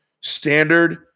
standard